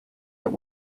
that